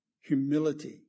humility